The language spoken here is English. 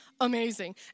amazing